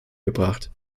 gebracht